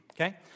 Okay